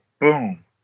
boom